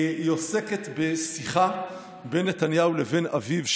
עוסקת בשיחה בין נתניהו לבין אביו,